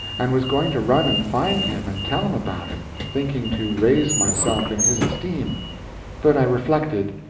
and was going to run and find him and tell him about it, thinking to raise myself in his esteem but i reflected,